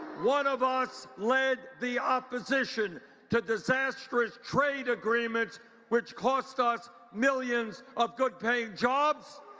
one of us lead the opposition to disastrous trade agreements which cost us millions of good paying jobs.